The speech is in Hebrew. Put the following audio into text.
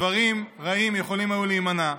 דברים רעים יכולים היו להימנע.